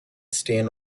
stain